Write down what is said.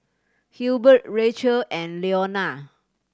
Hilbert Rachael and Leona